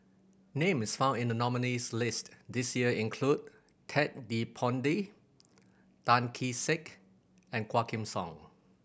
names found in the nominees' list this year include Ted De Ponti Tan Kee Sek and Quah Kim Song